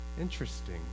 Interesting